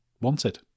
wanted